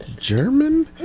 german